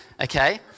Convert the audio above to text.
okay